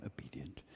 obedient